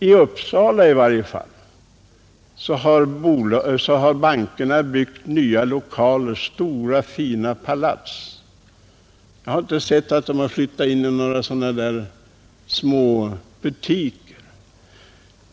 Bankerna har i varje fall i Uppsala byggt nya fina palats, och jag har inte sett att de har flyttat in i några små butiker.